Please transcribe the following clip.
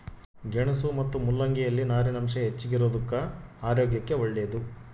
ಗೆಣಸು ಮತ್ತು ಮುಲ್ಲಂಗಿ ಯಲ್ಲಿ ನಾರಿನಾಂಶ ಹೆಚ್ಚಿಗಿರೋದುಕ್ಕ ಆರೋಗ್ಯಕ್ಕೆ ಒಳ್ಳೇದು